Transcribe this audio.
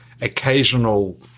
occasional